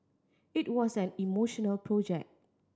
it was an emotional project